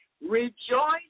Rejoice